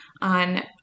on